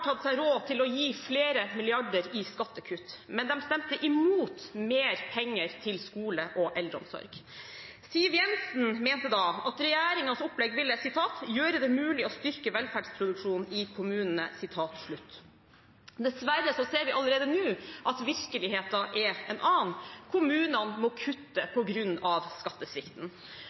tatt seg råd til å gi flere milliarder i skattekutt, men de stemte imot mer penger til skole og eldreomsorg. Siv Jensen mente da at regjeringens opplegg «vil gjøre det mulig for kommunene å styrke velferdsproduksjonen». Dessverre ser vi allerede nå at virkeligheten er en annen. Kommunene må kutte